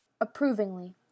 Approvingly